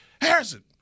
Harrison